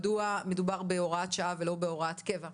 מדוע מדובר בהוראת שעה ולא בהוראת קבע.